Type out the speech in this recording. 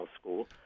school